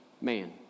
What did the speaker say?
man